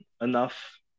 enough